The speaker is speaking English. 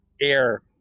air